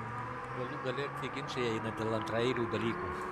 galų gale ir tie ginčai eina dėl antraeilių dalykų